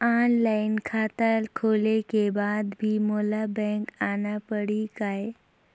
Online खाता खोले के बाद भी मोला बैंक आना पड़ही काय?